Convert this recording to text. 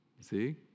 See